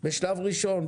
בשלב ראשון,